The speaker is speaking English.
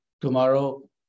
Tomorrow